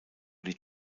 die